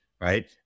Right